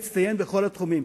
להצטיין בכל התחומים,